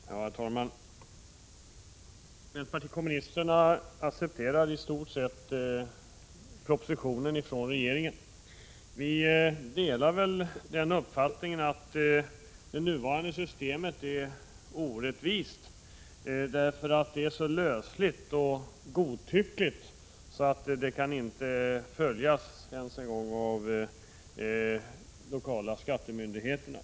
Herr talman! Vänsterpartiet kommunisterna accepterar i stort sett regeringens proposition. Vi delar uppfattningen att det nuvarande systemet är orättvist, eftersom det är så lösligt och godtyckligt att reglerna inte kan följas Prot. 1986/87:47 ens av de lokala skattemyndigheterna.